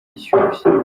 ishyushye